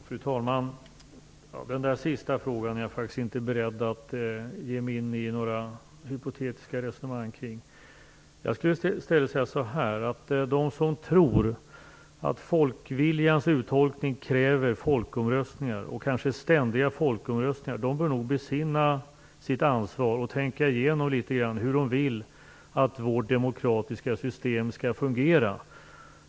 Fru talman! Först vill jag säga att jag faktiskt inte är beredd att ge mig in i några resonemang omkring den där sista frågan. Jag skulle i stället vilja säga att de som tror att folkviljans uttolkning kräver folkomröstningar - kanske ständiga folkomröstningar - nog bör besinna sitt ansvar och tänka igenom hur de vill att vårt demokratiska system skall fungera.